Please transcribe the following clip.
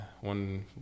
one